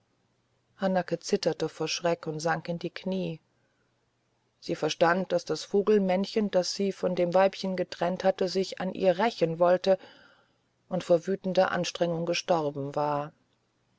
hanake zitterte vor schreck und sank in die knie sie verstand daß das vogelmännchen das sie von dem weibchen getrennt hatte sich an ihr rächen wollte und vor wütender aufregung gestorben war